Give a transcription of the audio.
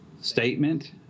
statement